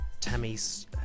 Tammy's